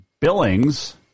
Billings